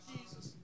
Jesus